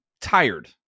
tired